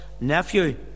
nephew